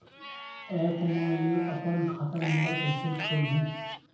App म ले अपन खाता नम्बर कइसे खोलहु?